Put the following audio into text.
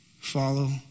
Follow